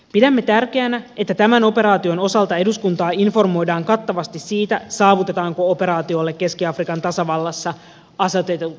pidämme tärkeänä että tämän operaation osalta eduskuntaa informoidaan kattavasti siitä saavutetaanko operaatiolle keski afrikan tasavallassa asetetut tavoitteet